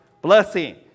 blessing